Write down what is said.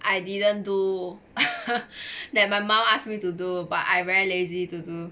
I didn't do that my mum ask me to do but I very lazy to do